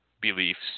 beliefs